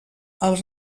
als